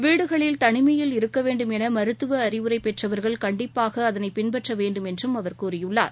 வீடுகளில் தனிமையில் இருக்கவேண்டும் எனமருத்தவஅறிவுரைபெற்றவர்கள் கண்டிப்பாகஅதனைப் பின்பற்றவேண்டும் என்றும் அவர் கூறியுள்ளார்